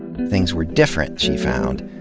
things were different, she found,